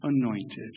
anointed